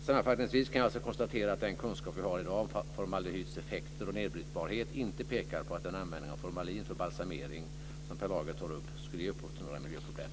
Sammanfattningsvis kan jag alltså konstatera att den kunskap vi har i dag om formaldehyds effekter och nedbrytbarhet inte pekar på att den användning av formalin för balsamering som Per Lager tar upp skulle ge upphov till några miljöproblem.